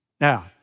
Now